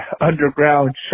underground